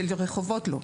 של רחובות לא.